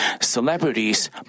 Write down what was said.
celebrities